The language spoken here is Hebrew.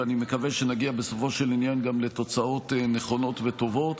ואני מקווה שנגיע בסופו של עניין גם לתוצאות נכונות וטובות.